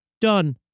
Done